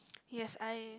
yes I